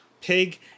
Pig